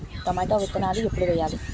Tomato విత్తనాలు ఎప్పుడు వెయ్యాలి?